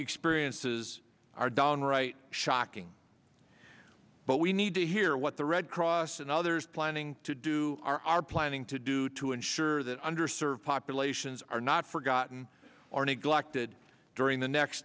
experiences are downright shocking but we need to hear what the red cross and others planning to do are our planning to do to ensure that under served populations are not forgotten or neglected during the next